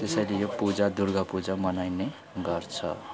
त्यसैले यो पूजा दुर्गा पूजा मनाइने गर्छ